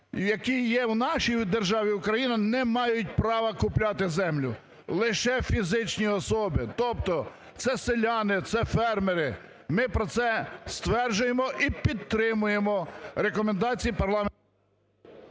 які є в нашій державі Україна, не мають права купляти землю. Лише фізичні особи, тобто це селяни, це фермери. Ми про це стверджуємо і підтримуємо рекомендації парламенту…